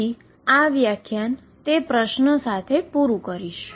તેથી હું આ વ્યાખ્યાન તે પ્રશ્ન સાથે પુરુ કરીશ